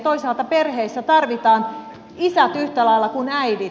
toisaalta perheissä tarvitaan isät yhtä lailla kuin äidit